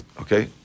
Okay